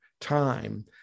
time